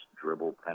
dribble